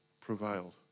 prevailed